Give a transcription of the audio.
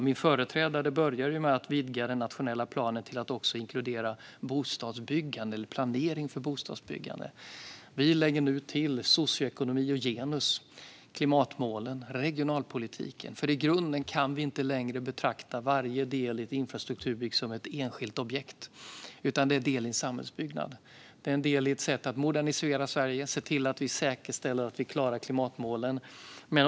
Min företrädare började med att vidga den nationella planen till att också inkludera planering för bostadsbyggande. Vi lägger nu till socioekonomi, genus, klimatmål och regionalpolitik. I grunden kan vi inte längre betrakta varje del i ett infrastrukturbygge som ett enskilt objekt - de är delar i en samhällsbyggnad och i ett sätt att modernisera Sverige och se till att vi klarar klimatmålen.